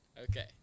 Okay